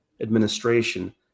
administration